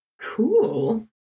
cool